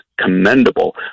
commendable